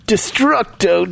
Destructo